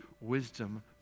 wisdom